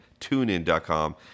TuneIn.com